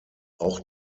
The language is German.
auch